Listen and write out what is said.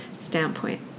standpoint